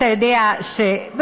אתה יודע שבוודאי,